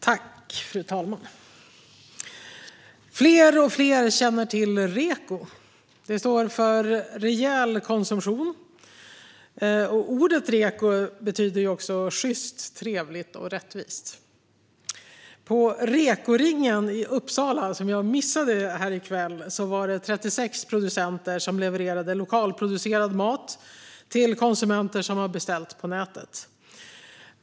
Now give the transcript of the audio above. Fru talman! Fler och fler känner till REKO, som står för "rejäl konsumtion". Ordet "reko" betyder också sjyst, trevligt och rättvist. På REKO-ringen i Uppsala i kväll, vilket jag missade, var det 36 producenter som levererade lokalproducerad mat till konsumenter som hade beställt på nätet.